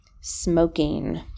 smoking